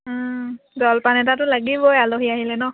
জলপান এটাটো লাগিবই আলহী আহিলে নহ্